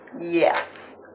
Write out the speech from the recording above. Yes